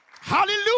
hallelujah